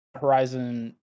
horizon